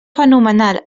fenomenal